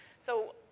so,